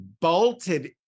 bolted